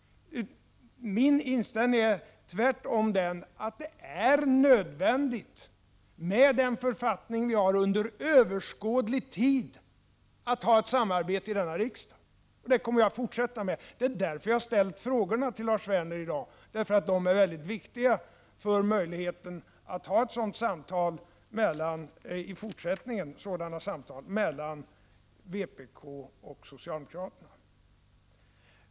Min inställning är tvärtom den, att det är nödvändigt med den författning vi har under överskådlig tid att ha ett samarbete i denna riksdag, och det kommer vi att fortsätta med. Det är därför jag har ställt mina frågor till Lars Werner i dag. De är mycket viktiga för möjligheten att i fortsättningen föra sådana samtal mellan vpk och socialdemokraterna. Herr talman!